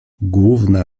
główna